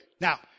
now